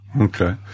Okay